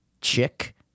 chick